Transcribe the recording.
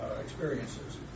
experiences